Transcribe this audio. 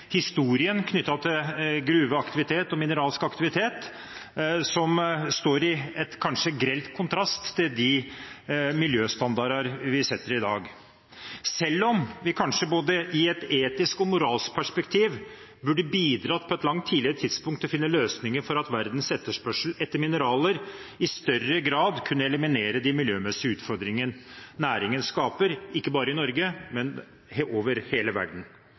historien knyttet til gruveaktivitet og mineralsk aktivitet, som står i kanskje grell kontrast til de miljøstandarder vi setter i dag, selv om vi kanskje i et både etisk og moralsk perspektiv burde bidratt på et langt tidligere tidspunkt til å finne løsninger for at verdens etterspørsel etter mineraler i større grad kunne eliminere de miljømessige utfordringene næringen skaper, ikke bare i Norge, men over hele verden.